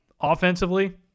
Offensively